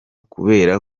kubera